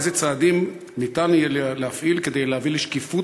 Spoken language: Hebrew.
אילו צעדים יהיה אפשר להפעיל כדי להביא לשקיפות